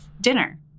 Dinner